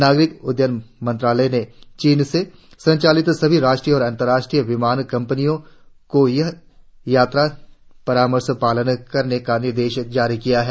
नाग़रिक उड्डयन मंत्रालय ने चीन से संचालित सभी राष्ट्रीय और अंतर्राष्ट्रीय विमान कंपनियों को यह यात्रा परामर्श पालन करने का निर्देश जारी किया है